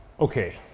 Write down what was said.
Okay